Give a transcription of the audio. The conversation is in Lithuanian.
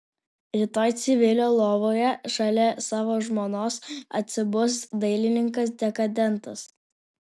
rytoj civilio lovoje šalia savo žmonos atsibus dailininkas dekadentas